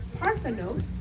parthenos